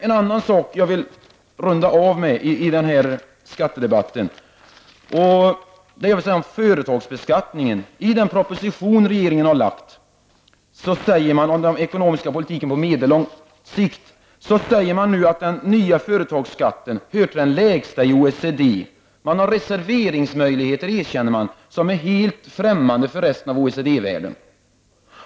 En annan sak som jag vill runda av med i denna skattedebatt gäller företagsbeskattningen. I den proposition som regeringen har lagt fram säger man om den ekonomiska politiken på medellång sikt att den nya företagsskatten hör till de lägsta i OECD. Det finns reserveringsmöjligheter, erkänner man, som är helt främmande för resten av OECD världen.